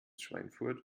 schweinfurt